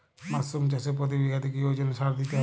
Mushroom চাষে প্রতি বিঘাতে কি ওজনে সার দিতে হবে?